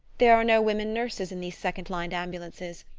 there are no women nurses in these second-line ambulances,